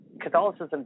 Catholicism